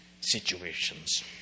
situations